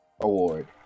award